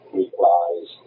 replies